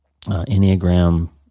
Enneagram